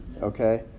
Okay